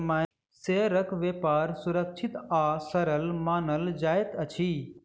शेयरक व्यापार सुरक्षित आ सरल मानल जाइत अछि